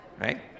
right